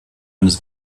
eines